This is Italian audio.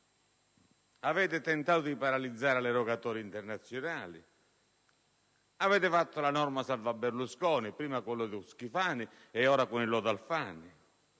Avete tentato di paralizzare le rogatorie internazionali. Avete varato la norma salva-Berlusconi, prima con il lodo Schifani e ora con il lodo Alfano.